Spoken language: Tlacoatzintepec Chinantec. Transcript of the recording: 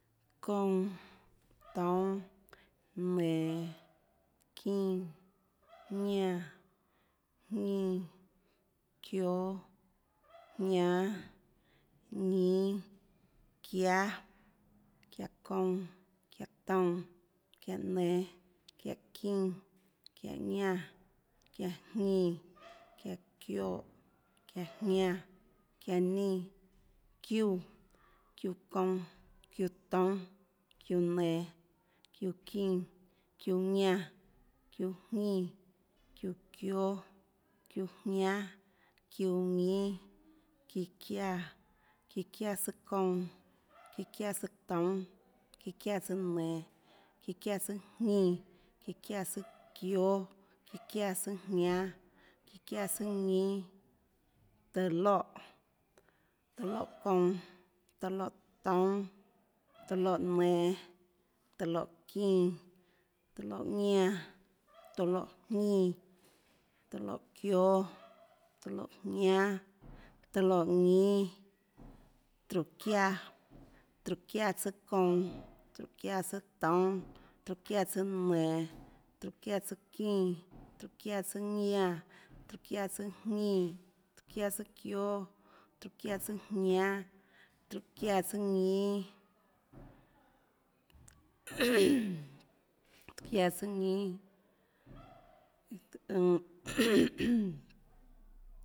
Kounã, toúnâ, nenå, çínã, ñánã, jñínã, çióâ, jñánâ, ñínâ, çiáâ, çiáhå kounã, çiáhå toúnâ, çiáhå nen, çiáhå çínã, çiáhå ñánã, çiáhå jñínã, çiáhå çioè, çiáhå jñánã, çiáhå nínã, çiúã, çiúã kounã, çiúã toúnâ, çiúã nenå, çiúã çínã, çiúã ñánã, çiúã jñínã, çiúã çióâ, çiúã jñánâ, çiúã ñínâ, çíã çiáã, çíã çiáã tsùâ kounã, çíã çiáã tsùâ toúnâ, çíã çiáã tsùâ nenå, çiáã tsùâ jñínã çíã çiáã tsùâ çióâ, çiáã tsùâjñánâ çíã çiáã tsùâ ñínâ, tóå loè. tóå loè kounã. tóå loè toúnâ, tóå loè nenå. tóå loè çínã, tóå loè ñánã. tóå loè jñínã. tóå loè çióâ. tóå loè jñánâ. tóå loè ñínâ, tróhå çiáã, tróhå çiáã tsùâ kounã. tróhå çiáã tsùâ toúnâ. tróhå çiáã tsùâ nenå. tróhå çiáã tsùâ çínã, tróhå çiáã tsùâ ñánã, tróhå çiáã tsùâjñínã. tróhå çiáã tsùâ çióâ, tróhå çiáã tsùâ jñánâ. tróhå çiáã tsùâ ñínâ tróhå çiáã tsùâ ñínâ